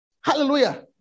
Hallelujah